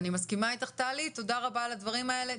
אני מסכימה איתך טלי, תודה על הדברים האלה.